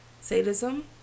sadism